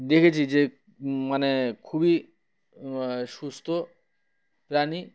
দেখেছি যে মানে খুবই সুস্থ প্রাণী